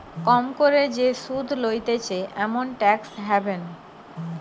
কম করে যে সুধ লইতেছে এমন ট্যাক্স হ্যাভেন